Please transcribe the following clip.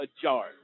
ajar